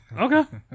Okay